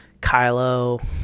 Kylo